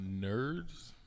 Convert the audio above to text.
Nerds